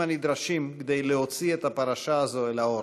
הנדרשים כדי להוציא את הפרשה הזו אל האור.